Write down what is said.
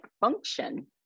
function